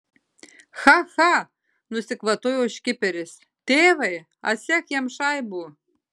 cha cha nusikvatojo škiperis tėvai atsek jam šaibų